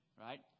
right